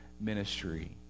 ministry